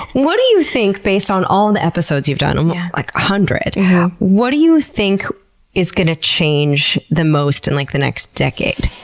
what do you think, based on all the episodes you've done um like, a hundred yeah what do you think is gonna change the most in, like, the next decade?